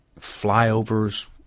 flyovers